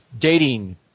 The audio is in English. dating